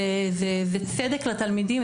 זה צדק לתלמידים,